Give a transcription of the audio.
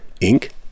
Ink